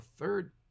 third